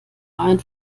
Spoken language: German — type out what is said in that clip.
ein